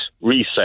Reset